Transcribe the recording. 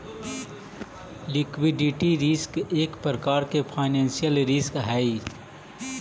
liquidity risk एक प्रकार के फाइनेंशियल रिस्क हई